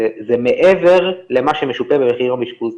זה מעבר למה שמשופה עבור יום אשפוז,